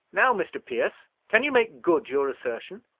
now, mr. pierce, can you make good your assertion?